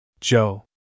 Joe